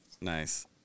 Nice